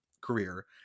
career